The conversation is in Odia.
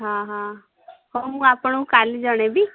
ହଁ ହଁ ହଉ ମୁଁ ଆପାଣଙ୍କୁ କାଲି ଜଣାଇବି